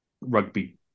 rugby